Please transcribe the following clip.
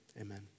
amen